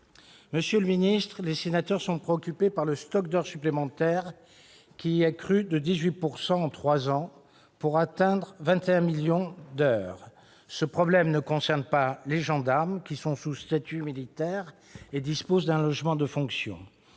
Monsieur le secrétaire d'État, les sénateurs sont préoccupés par le stock d'heures supplémentaires, qui a crû de 18 % en trois ans pour atteindre 21,7 millions d'heures. Ce problème ne concerne pas les gendarmes, qui sont sous statut militaire et disposent d'un logement de fonction.